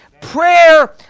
Prayer